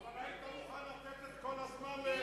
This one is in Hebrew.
תהיה עקבי.